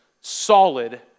solid